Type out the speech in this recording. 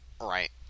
right